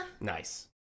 Nice